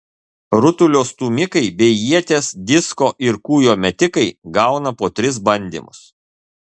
rutulio stūmikai bei ieties disko ir kūjo metikai gauna po tris bandymus